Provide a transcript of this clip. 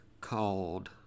called